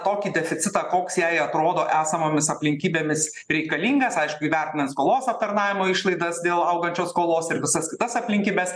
tokį deficitą koks jai atrodo esamomis aplinkybėmis reikalingas aišku įvertinant skolos aptarnavimo išlaidas dėl augančios skolos ir visas kitas aplinkybes